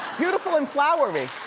beautiful and flowery.